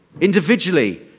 Individually